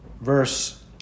Verse